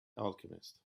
alchemist